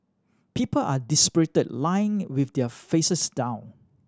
people are dispirited lying with their faces down